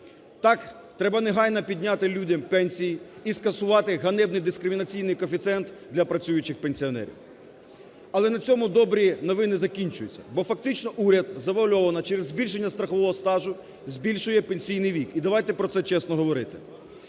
Так, треба негайно підняти людям пенсії і скасувати ганебний дискримінаційний коефіцієнт для працюючих пенсіонерів. Але на цьому добрі новини закінчуються, бо фактично уряд завуальовано, через збільшення страхового стажу збільшує пенсійний вік і давайте про це чесно говорити.